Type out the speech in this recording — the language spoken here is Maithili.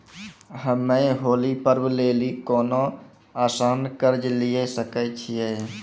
हम्मय होली पर्व लेली कोनो आसान कर्ज लिये सकय छियै?